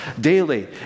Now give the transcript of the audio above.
daily